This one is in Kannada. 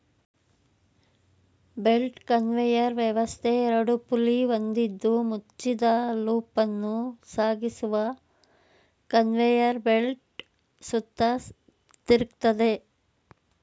ಬೆಲ್ಟ್ ಕನ್ವೇಯರ್ ವ್ಯವಸ್ಥೆ ಎರಡು ಪುಲ್ಲಿ ಹೊಂದಿದ್ದು ಮುಚ್ಚಿದ ಲೂಪನ್ನು ಸಾಗಿಸುವ ಕನ್ವೇಯರ್ ಬೆಲ್ಟ್ ಸುತ್ತ ತಿರುಗ್ತದೆ